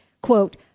quote